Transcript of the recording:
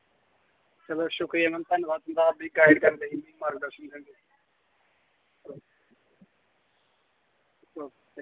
चलो शुक्रिया मैम धन्नबाद तुं'दा असें गी गाइड करने लेई मार्गदर्शन करने लेई ओके